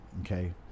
Okay